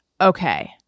Okay